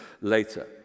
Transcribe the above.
later